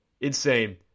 Insane